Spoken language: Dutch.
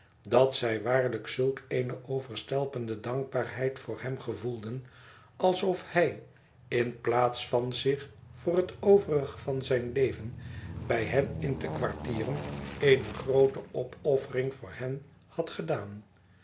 dat zij waarlijk zulk eene overstelpende dankbaarheid voor hem gevoelden alsof hij in plaats van zich voor het overige van zijn leven bij hen in te kwartieren eene groote opoffering voor hen had gedaan